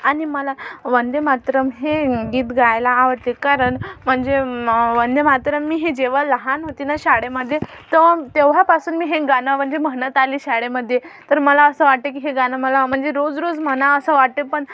आणि मला वंदेमातरम हे गीत गायला आवडते कारण म्हणजे वंदेमातरम मी हे जेव्हा लहान होते ना शाळेमध्ये तेव्हा तेव्हापासून मी हे गाणं म्हणजे म्हणत आले शाळेमध्ये तर मला असं वाटते की हे गाणं मला म्हणजे रोज रोज म्हणावं असं वाटते पण